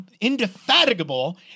indefatigable